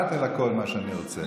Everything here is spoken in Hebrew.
לא כמעט, אלא כל מה שאני רוצה.